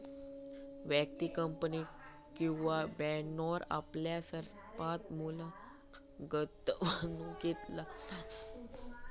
व्यक्ती, कंपनी किंवा बॅन्क आपल्या सरप्लस मुल्याक गुंतवणुकीत लावतत